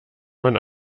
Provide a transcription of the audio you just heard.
man